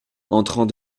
entrant